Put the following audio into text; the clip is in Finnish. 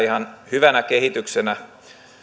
ihan hyvänä kehityksenä